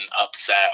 upset